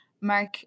Mark